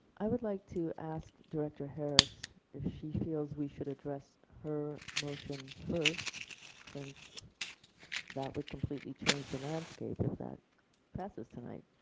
i would like to ask director harris if she feels we should address her motion first since that would completely change the landscape if that passes tonight.